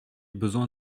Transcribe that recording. besoin